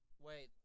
wait